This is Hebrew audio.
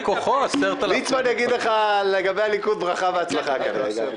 ליצמן יגיד לך לגבי הליכוד ברכה והצלחה, כנראה.